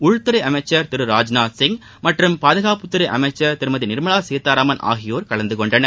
உள்துறை அமைச்சர் திரு ராஜ்நாத் சிங் மற்றும் பாதுகாப்புத்துறை அமைச்சர் திருமதி நிர்மலா சீதாராமன் ஆகியோர் கலந்து கொண்டனர்